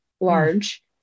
large